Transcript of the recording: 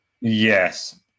Yes